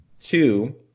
Two